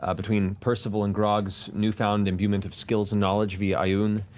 ah between percival and grog's newfound imbuement of skills and knowledge via ioun,